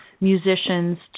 musicians